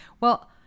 Well-